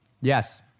Yes